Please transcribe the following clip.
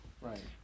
Right